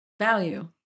value